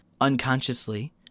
unconsciously